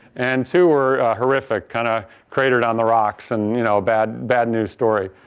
and two were horrific, kind of cratered on the rocks and you know bad bad news story.